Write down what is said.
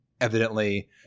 evidently